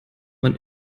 man